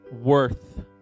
worth